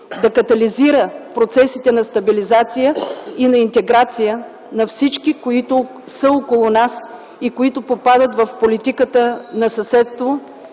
да катализира процесите на стабилизация и на интеграция на всички, които са около нас и които попадат в политиката на съседство,